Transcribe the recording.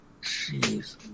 Jeez